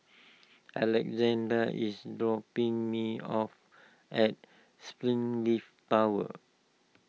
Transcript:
Alexandr is dropping me off at Springleaf Tower